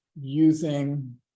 using